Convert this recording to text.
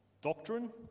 Doctrine